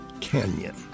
Canyon